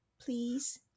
please